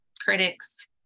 critics